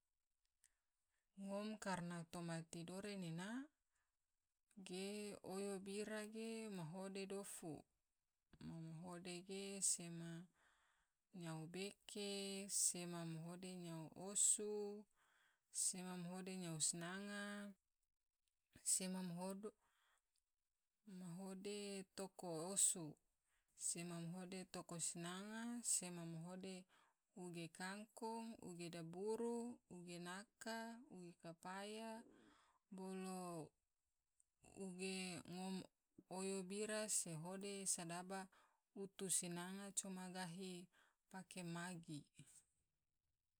Ngom karena toma tidore nena ge oyo bira ge ma mahode dofu. mahode ge sema nyao beke, sema mahode nyao osu, sema mahode nyao sinanga, sema mahode toko osu, sema mahode toko sinanga. sema mahode uge kangkong, uge diburu, uge naka, uge kopaya, bolo ngom oyo bira se so hode sodaba utu sinanga coma gahi pake magi.